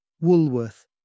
Woolworth